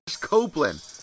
Copeland